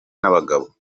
n’abagabo